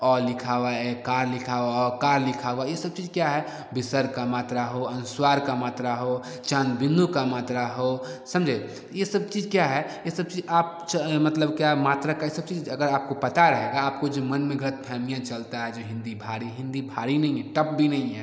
अ लिखा हुआ है क लिखा हुआ है औकार लिखा हुआ यह सब चीज़ क्या है विसर्ग की मात्रा हो अनुस्वर की मात्रा हो चंद्रबिन्दु की मात्रा हो समझे ये सब चीज़ें क्या है यह सब चीज़ें आप मतलब क्या मात्रा की ये सब चीज़ें अगर आपको पता रहेंगी आपको जो मन में ग़लतफ़हमियाँ चलती है जो हिन्दी भारी हिन्दी भारी नहीं है टप भी नहीं है